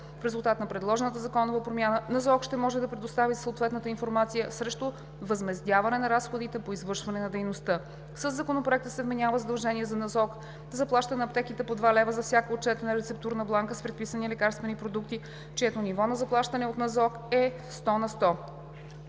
В резултат на предложената законова промяна НЗОК ще може да предоставя съответната информация срещу възмездяване на разходите по извършване на дейността. Със Законопроекта се вменява задължение за НЗОК да заплаща на аптеките по 2 лв. за всяка отчетена рецептурна бланка с предписани лекарствени продукти, чието ниво на заплащане от НЗОК е сто на сто.